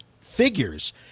figures